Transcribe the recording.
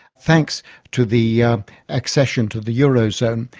thanks to the accession to the eurozone.